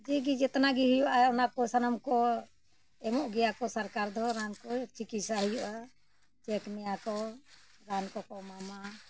ᱫᱤᱜᱤ ᱡᱤᱛᱱᱚᱜᱮ ᱦᱩᱭᱩᱜᱼᱟ ᱚᱱᱟ ᱠᱚ ᱥᱟᱱᱟᱢ ᱠᱚ ᱮᱢᱚᱜ ᱜᱮᱭᱟ ᱠᱚ ᱥᱚᱨᱠᱟᱨ ᱫᱚ ᱨᱟᱱ ᱠᱚ ᱪᱤᱠᱤᱛᱥᱟ ᱦᱩᱭᱩᱜᱼᱟ ᱪᱮᱠ ᱢᱮᱭᱟ ᱠᱚ ᱨᱟᱱ ᱠᱚᱠᱚ ᱮᱢᱟᱢᱟ